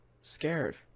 scared